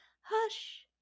hush